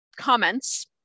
comments